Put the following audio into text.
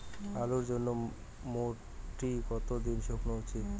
আলুর জন্যে মাটি কতো দিন শুকনো উচিৎ?